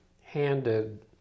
handed